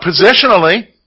positionally